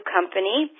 Company